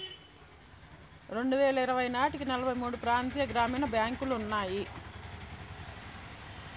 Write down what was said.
రెండువేల ఇరవై నాటికి నలభై మూడు ప్రాంతీయ గ్రామీణ బ్యాంకులు ఉన్నాయి